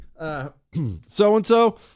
so-and-so